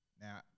Now